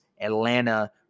Atlanta